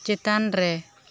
ᱪᱮᱛᱟᱱ ᱨᱮ